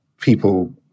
people